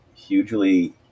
Hugely